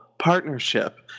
partnership